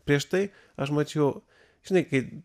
prieš tai aš mačiau žinai kai